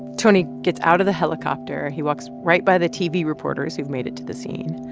tony gets out of the helicopter. he walks right by the tv reporters who've made it to the scene.